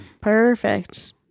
perfect